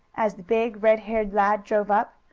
as the big, red-haired lad drove up.